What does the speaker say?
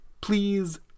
Please